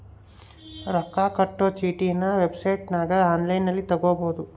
ರೊಕ್ಕ ಕಟ್ಟೊ ಚೀಟಿನ ವೆಬ್ಸೈಟನಗ ಒನ್ಲೈನ್ನಲ್ಲಿ ತಗಬೊದು